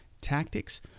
tactics